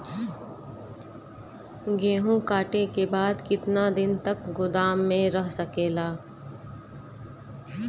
गेहूँ कांटे के बाद कितना दिन तक गोदाम में रह सकेला?